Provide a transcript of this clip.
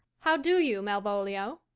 how do you, malvolio?